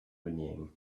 whinnying